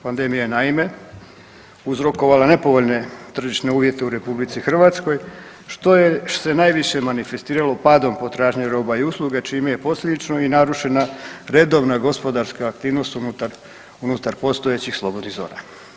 Pandemija je naime uzrokovala nepovoljne tržišne uvjete u RH, što je se najviše manifestiralo padom potražnje roba i usluga čime je posljedično i narušena redovna gospodarska aktivnost unutar, unutar postojećih slobodnih zona.